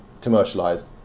commercialized